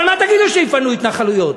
אבל מה תגידו כשיפנו התנחלויות?